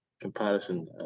comparison